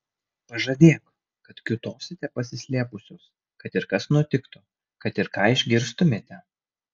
pažadėk kad kiūtosite pasislėpusios kad ir kas nutiktų kad ir ką išgirstumėte